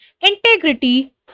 integrity